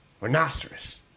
rhinoceros